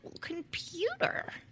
computer